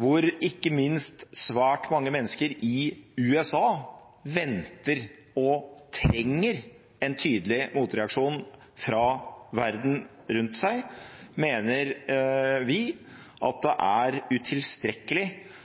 hvor ikke minst svært mange mennesker i USA venter og trenger en tydelig motreaksjon fra verden rundt seg, mener vi det er utilstrekkelig å ha en så tilbakelent holdning til de